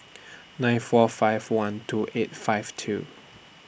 nine four five one two eight five two